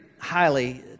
highly